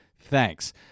Thanks